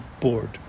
board